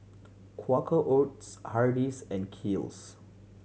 Quaker Oats Hardy's and Kiehl's